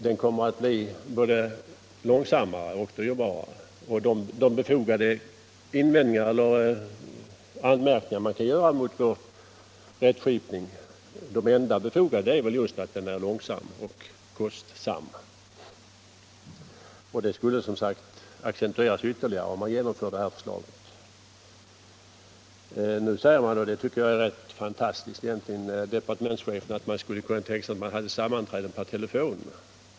Den kommer att bli både långsammare och dyrare. De enda befogade invändningar man i dag kan rikta mot vår rättskipning är väl just att den är både långsam och kostsam, och detta skulle accentueras ytterligare om man genomför propositionens förslag. Nu säger departementschefen — och det tycker jag är rätt fantastiskt —- att man skulle kunna tänka sig att ha sammanträde per telefon.